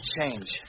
change